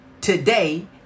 today